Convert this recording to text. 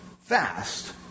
fast